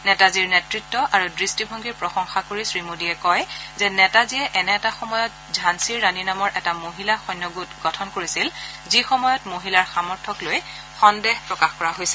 নেতাজীৰ নেতৃত্ব আৰু দৃষ্টিভংগীৰ প্ৰশংসা কৰি শ্ৰীমোদীয়ে কয় যে নেতাজীয়ে এনে এটা সময়ত ঝালিৰ ৰাণী নামৰ এটা মহিলা সৈন্যগোট গঠন কৰিছিল যি সময়ত মহিলাৰ সামৰ্থক লৈ সন্দেহ প্ৰকাশ কৰা হৈছিল